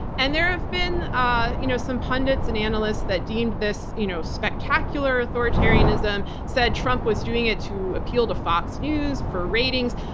and there have been ah you know some pundits and analysts that deemed this you know spectacular authoritarianism, that said trump was doing it to appeal to fox news for ratings.